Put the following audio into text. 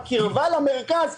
היא קרובה למרכז,